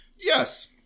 yes